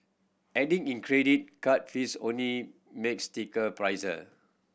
adding in credit card fees only makes ticket pricier